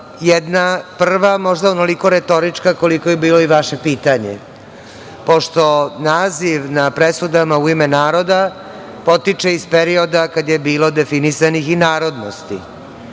Jedna, prva, možda onoliko retorička koliko je bilo i vaše pitanje, pošto naziv na presudama "u ime naroda" potiče iz perioda kad je bilo definisanih i narodnosti,